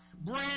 bring